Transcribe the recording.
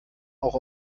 auch